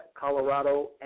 Colorado